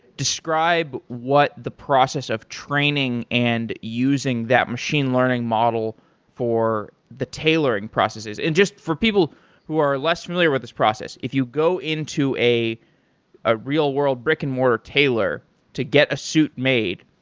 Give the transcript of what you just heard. describe what the process of training and using that machine learning model for the tailoring processes. and for people who are less familiar with this process, if you go into a a real-world brick and mortar tailor to get a suit made,